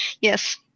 Yes